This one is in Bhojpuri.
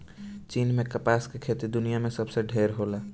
चीन में कपास के खेती दुनिया में सबसे ढेर होला